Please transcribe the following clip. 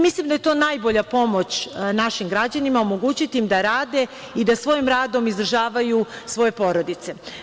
Mislim da je to najbolja pomoć našim građanima, omogućiti im da rade i da svojim radom izdržavaju svoje porodice.